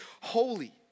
Holy